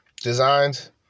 designs